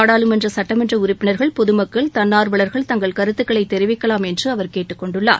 நாடாளுமன்ற சட்டமன்ற உறுப்பினா்கள் பொதுமக்கள் தன்னார்வலர்கள் தங்கள் கருத்துக்களைத் தெரிவிக்கலாம் என்று அவர் கேட்டுக் கொண்டுள்ளார்